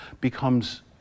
becomes